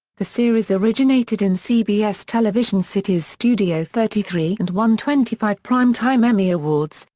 the series originated in cbs television city's studio thirty three and won twenty five prime-time emmy awards,